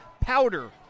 powder